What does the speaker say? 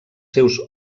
seus